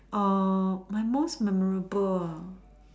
err my most memorable ah